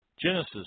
Genesis